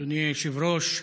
אדוני היושב-ראש,